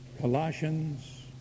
Colossians